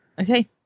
Okay